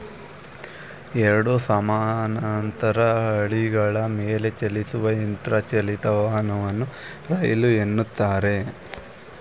ಎರಡು ಸಮಾನಾಂತರ ಹಳಿಗಳ ಮೇಲೆಚಲಿಸುವ ಯಂತ್ರ ಚಾಲಿತ ವಾಹನವನ್ನ ರೈಲು ಎನ್ನುತ್ತಾರೆ